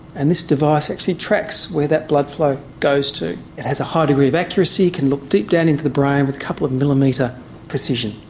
and this device actually tracks where that blood flow goes to. it has a high degree of accuracy it can look deep down into the brain with a couple of millimetre precision.